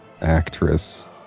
actress